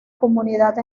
comunidad